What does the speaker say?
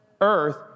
earth